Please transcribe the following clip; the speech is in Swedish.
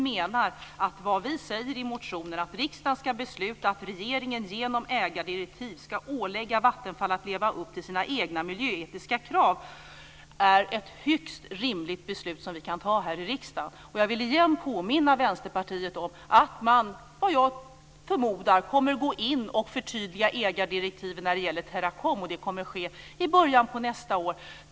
Det vi säger i motionen - att riksdagen ska besluta att regeringen genom ägardirektiv ska ålägga Vattenfall att leva upp till sina egna miljöetiska krav - är högst rimligt, och vi kan fatta beslut om det här i riksdagen. Jag vill återigen påminna Vänsterpartiet om att man - det förmodar jag - kommer att förtydliga ägardirektiven när det gäller Teracom. Det kommer att ske i början på nästa år.